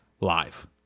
live